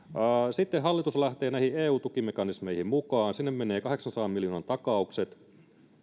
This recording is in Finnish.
sitten hallitus lähtee näihin eu tukimekanismeihin mukaan sinne menee kahdeksansadan miljoonan takaukset